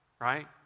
right